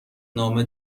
نامه